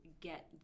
get